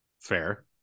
Fair